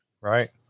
Right